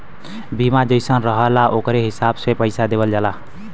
बीमा जइसन रहला ओकरे हिसाब से पइसा देवल जाला